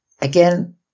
again